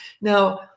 Now